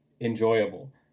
enjoyable